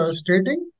stating